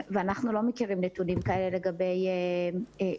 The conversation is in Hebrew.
אנחנו לא מכירים נתונים כאלה לגבי השתתפות